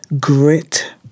grit